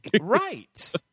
Right